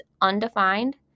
undefined